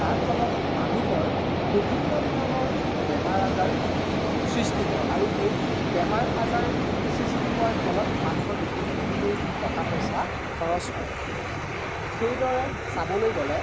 যাৰ ফলত মানুহৰ বিভিন্ন ধৰণৰ বেমাৰ আজাৰ সৃষ্টি হয় আৰু সেই বেমাৰ আজাৰ সৃষ্টি হোৱাৰ ফলত মানুহৰ বিভি বহুতো টকা পইচা খৰচ হয় সেইদৰে চাবলৈ গ'লে